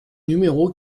numéro